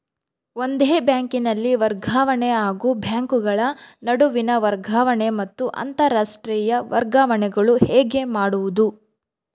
ಒಂದೇ ಬ್ಯಾಂಕಿನಲ್ಲಿ ವರ್ಗಾವಣೆ ಹಾಗೂ ಬ್ಯಾಂಕುಗಳ ನಡುವಿನ ವರ್ಗಾವಣೆ ಮತ್ತು ಅಂತರಾಷ್ಟೇಯ ವರ್ಗಾವಣೆಗಳು ಹೇಗೆ ಮಾಡುವುದು?